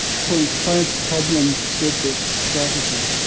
points five problems with this strategy.